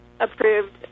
approved